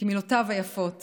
כמילותיו היפות